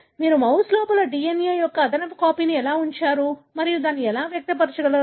మీరు మౌస్ లోపల DNA యొక్క అదనపు కాపీని ఎలా ఉంచారు మరియు దానిని వ్యక్తపరచగలరు